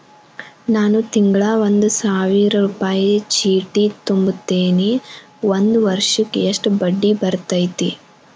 ನಾನು ತಿಂಗಳಾ ಒಂದು ಸಾವಿರ ರೂಪಾಯಿ ಚೇಟಿ ತುಂಬತೇನಿ ಒಂದ್ ವರ್ಷಕ್ ಎಷ್ಟ ಬಡ್ಡಿ ಬರತೈತಿ?